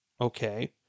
Okay